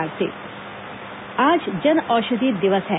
जन औषधि दिवस आज जन औषधि दिवस है